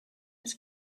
its